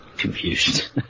Confused